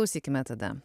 klausykime tada